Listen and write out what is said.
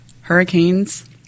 Hurricanes